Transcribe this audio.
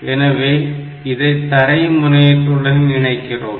எனவே இதை தரை முனயத்துடன் இணைக்கின்றோம்